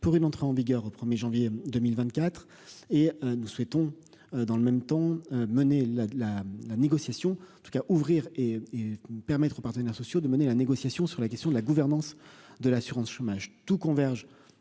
pour une entrée en vigueur au 1er janvier 2024 et nous souhaitons dans le même temps hein mener la la la négociation tout cas ouvrir et permettre aux partenaires sociaux de mener la négociation sur la question de la gouvernance de l'assurance chômage, tout converge